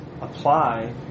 apply